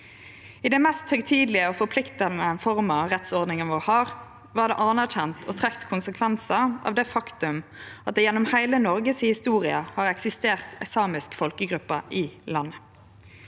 I den mest høgtidelege og forpliktande forma rettsordninga vår har, var det anerkjent og trekt konsekvensar av det faktum at det gjennom heile Noreg si historie har eksistert ei samisk folkegruppe i landet.